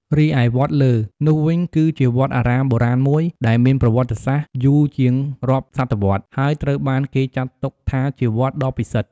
រីឯ វត្តលើ នោះវិញ គឺជាវត្តអារាមបុរាណមួយដែលមានប្រវត្តិសាស្ត្រយូរជាងរាប់សតវត្សរ៍ ហើយត្រូវបានគេចាត់ទុកថាជាវត្តដ៏ពិសិដ្ឋ ។